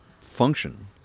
function